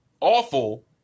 Awful